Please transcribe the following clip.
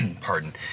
pardon